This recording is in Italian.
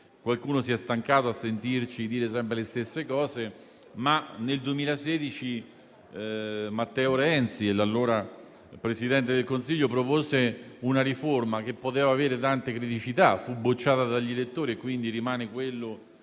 qualcuno si è stancato di sentirci dire sempre le stesse cose, ma nel 2016 Matteo Renzi, allora Presidente del Consiglio, propose una riforma che poteva avere tante criticità e fu bocciata dagli elettori - quindi rimane quello